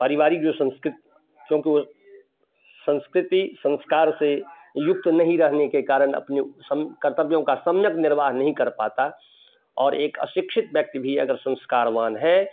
पारिवारिक जो संस्कृत क्योंकि वह संस्कृति संस्कार से युक्त नहीं रहने के कारण अपने सम कर्तव्यों का सम्यक निर्वाह नहीं कर पाता और एक अशिक्षित व्यक्ति भी अगर संस्कारवान हैं